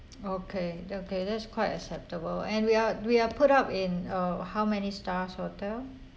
okay okay that's quite acceptable and we are we are put up in uh how many stars hotel